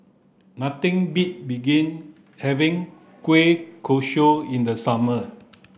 nothing beat begin having Kueh Kosui in the summer